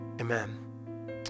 Amen